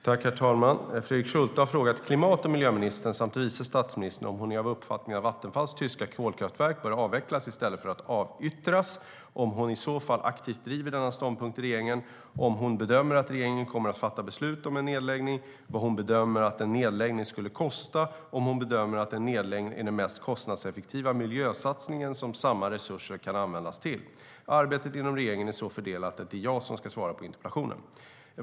Herr talman! Fredrik Schulte har frågat klimat och miljöministern samt vice statsministern om hon är av uppfattningen att Vattenfalls tyska kolkraftverk bör avvecklas i stället för att avyttras, om hon i så fall aktivt driver denna ståndpunkt i regeringen, om hon bedömer att regeringen kommer att fatta beslut om en nedläggning, vad hon bedömer att en nedläggning skulle kosta och om hon bedömer att en nedläggning är den mest kostnadseffektiva miljösatsning som samma resurser kan användas till. Arbetet inom regeringen är så fördelat att det är jag som ska svara på interpellationen.